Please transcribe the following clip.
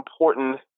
important